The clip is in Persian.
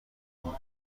آدم